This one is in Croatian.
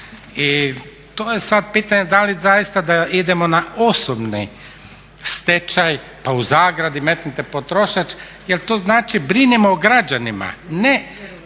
i to je sad pitanje da li zaista da idemo na osobni stečaj pa u zagradi metnite potrošač jer to znači brinemo o građanima, ne